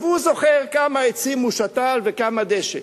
והוא זוכר כמה עצים הוא שתל וכמה דשא.